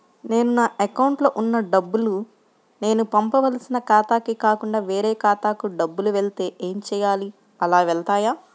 నేను నా అకౌంట్లో వున్న డబ్బులు నేను పంపవలసిన ఖాతాకి కాకుండా వేరే ఖాతాకు డబ్బులు వెళ్తే ఏంచేయాలి? అలా వెళ్తాయా?